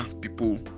people